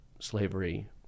Slavery